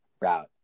route